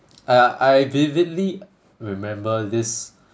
I I vividly remember this